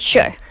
Sure